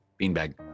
beanbag